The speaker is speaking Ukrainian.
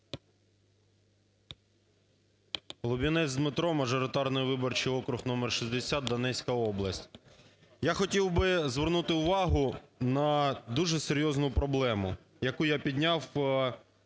Лубінец Дмитро, мажоритарний виборчий округ № 60, Донецька область. Я хотів би звернути увагу на дуже серйозну проблему, яку я підняв в